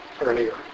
earlier